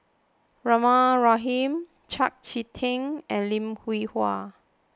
Rahimah Rahim Chau Sik Ting and Lim Hwee Hua